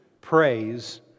praise